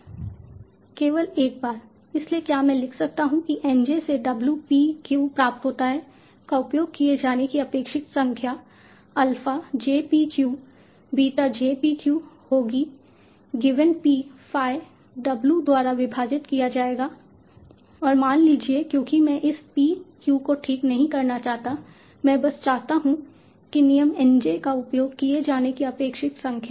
केवल 1 बार इसलिए क्या मैं लिख सकता हूं कि N j से W p q प्राप्त होता है का उपयोग किए जाने की अपेक्षित संख्या alpha j p q beta j p q होगी गिवेन P phi W द्वारा विभाजित किया जाएगा और मान लीजिए क्योंकि मैं इस p q को ठीक नहीं करना चाहता मैं बस चाहता हूं नियम N j का उपयोग किए जाने की अपेक्षित संख्या